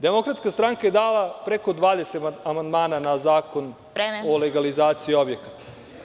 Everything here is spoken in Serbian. Demokratska stranka je dala preko 20 amandmana na Zakon o legalizaciji objekata.